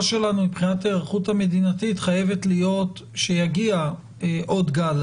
שלנו מבחינת הערכות המדינתית חייבת להיות שיגיע עוד גל,